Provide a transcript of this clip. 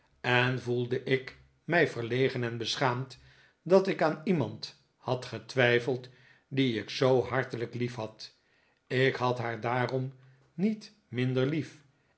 en voelde ik mij verlegen en beschaamd dat ik aan iemand had getwijfeld dien ik zoo hartelijk liefhad ik had haar daarom niet minder lief